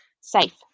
safe